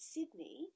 Sydney